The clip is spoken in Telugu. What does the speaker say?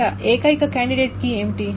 ఇక్కడ ఏకైక కాండిడేట్ కీ ఏమిటి